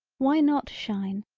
why not shine,